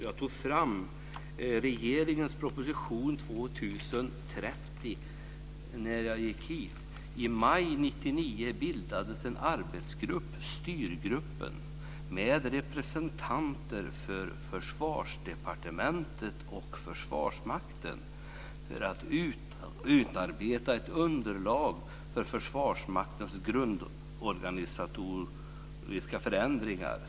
Jag tog fram regeringens proposition 2000/01:30 när jag gick hit. I maj 1999 bildades en arbetsgrupp, Styrgruppen, med representanter för Försvarsdepartementet och Försvarsmakten för att utarbeta ett underlag för Försvarsmaktens grundorganisatoriska förändringar.